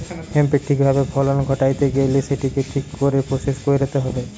হেম্পের ঠিক ভাবে ফলন ঘটাইতে গেইলে সেটিকে ঠিক করে প্রসেস কইরতে হবে